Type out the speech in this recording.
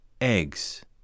eggs